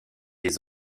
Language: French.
les